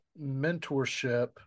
Mentorship